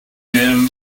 gin